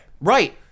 Right